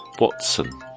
Watson